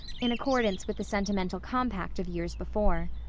in accordance with the sentimental compact of years before.